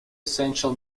essential